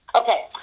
Okay